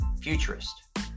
futurist